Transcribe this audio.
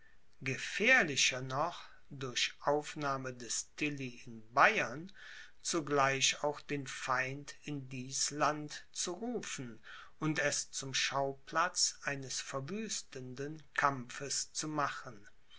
gefährlicher noch durch aufnahme des tilly in bayern zugleich auch den feind in dies land zu rufen und es zum schauplatz eines verwüstenden kampfes zu machen